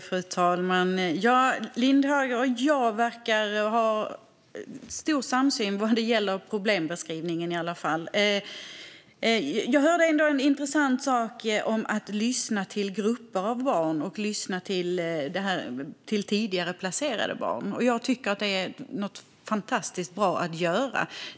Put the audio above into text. Fru talman! Lindhagen och jag verkar ha stor samsyn i alla fall vad gäller problembeskrivningen. Jag hörde en intressant sak om att lyssna till grupper av barn och att lyssna till tidigare placerade barn. Jag tycker att det är något fantastiskt bra att göra.